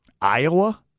Iowa